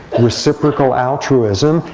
reciprocal altruism,